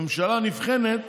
הממשלה נבחנת